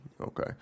Okay